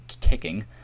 kicking